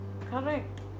correct